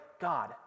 God